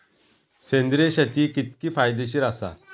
सेंद्रिय शेती कितकी फायदेशीर आसा?